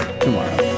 tomorrow